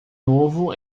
novo